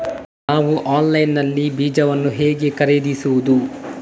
ನಾವು ಆನ್ಲೈನ್ ನಲ್ಲಿ ಬೀಜಗಳನ್ನು ಹೇಗೆ ಖರೀದಿಸುವುದು?